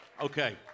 Okay